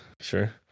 sure